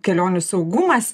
kelionių saugumas